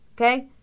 Okay